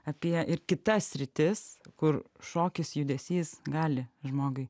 apie ir kitas sritis kur šokis judesys gali žmogui